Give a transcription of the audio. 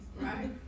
Right